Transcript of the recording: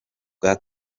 bwa